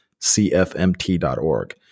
CFMT.org